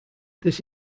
this